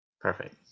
Perfect